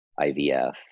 IVF